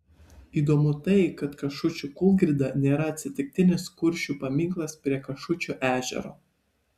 įdomu tai kad kašučių kūlgrinda nėra atsitiktinis kuršių paminklas prie kašučių ežero